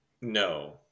No